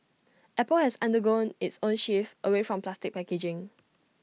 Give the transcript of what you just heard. apple has undergone its own shift away from plastic packaging